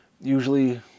Usually